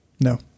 No